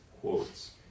quotes